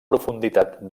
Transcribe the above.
profunditat